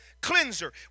cleanser